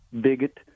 bigot